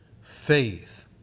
faith